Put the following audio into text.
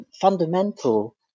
Fundamental